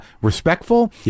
respectful